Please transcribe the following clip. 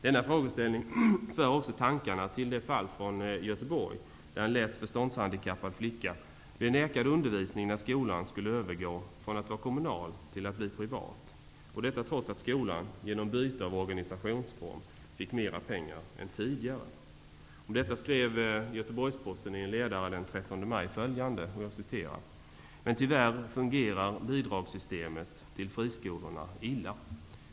Denna frågeställnng för också tankarna till det fall i Göteborg där en lätt förståndshandikappad flicka blev nekad undervisning när skolan skulle övergå från att vara kommunal till att bli privat. Detta trots att skolan genom byte av organisationsform fick mera pengar än tidigare. Om detta skrev Göteborgs-Posten i en ledare den 13 maj följande: Men tyvärr fungerar bidragssystemet till friskolorna illa.